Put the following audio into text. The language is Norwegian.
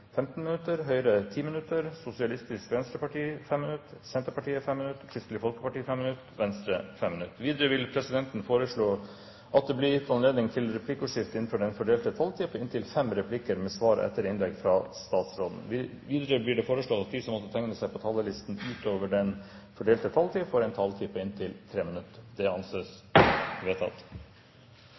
15 minutter, Høyre 10 minutter, Sosialistisk Venstreparti 5 minutter, Senterpartiet 5 minutter, Kristelig Folkeparti 5 minutter og Venstre 5 minutter. Videre vil presidenten foreslå at det blir gitt anledning til replikkordskifte på inntil fem replikker med svar etter innlegget fra statsråden innenfor den fordelte taletid. Videre blir det foreslått at de som måtte tegne seg på talerlisten utover den fordelte taletid, får en taletid på inntil 3 minutter. – Det anses vedtatt.